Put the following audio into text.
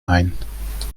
ein